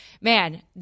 man